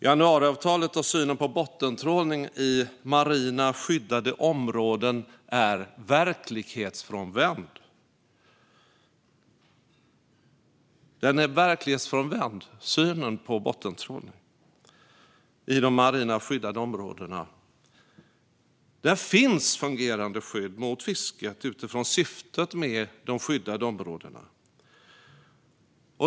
Januariavtalets syn på bottentrålning i marina skyddade områden är verklighetsfrånvänd. I de marina skyddade områdena finns fungerande skydd mot fisket utifrån syftet med de skyddade områdena.